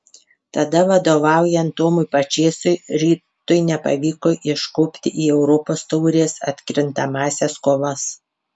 tada vadovaujant tomui pačėsui rytui nepavyko iškopti į europos taurės atkrintamąsias kovas